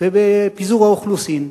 ובפיזור האוכלוסין.